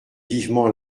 vivement